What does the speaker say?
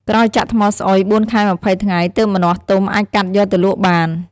ក្រោយចាក់ថ្មស្អុយ ៤ខែ២០ថ្ងៃ ទើបម្ចាស់ទុំអាចកាត់យកទៅលក់បាន។